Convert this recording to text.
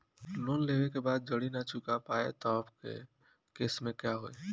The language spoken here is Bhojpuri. लोन लेवे के बाद जड़ी ना चुका पाएं तब के केसमे का होई?